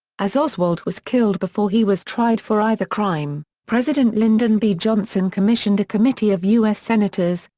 as oswald was killed before he was tried for either crime, president lyndon b. johnson commissioned a committee of u s. senators,